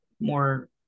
more